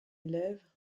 élève